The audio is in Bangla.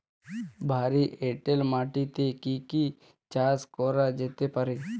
ভারী এঁটেল মাটিতে কি কি চাষ করা যেতে পারে?